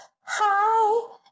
hi